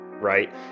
right